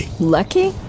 Lucky